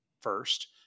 first